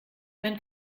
wenn